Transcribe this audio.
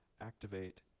activate